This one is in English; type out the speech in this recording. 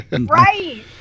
Right